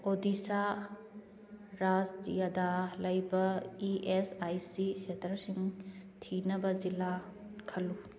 ꯑꯣꯗꯤꯁꯥ ꯔꯥꯖ꯭ꯌꯗ ꯂꯩꯕ E S I C ꯁꯦꯇꯔꯁꯤꯡ ꯊꯤꯅꯕ ꯖꯤꯂꯥ ꯈꯜꯂꯨ